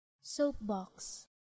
Soapbox